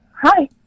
Hi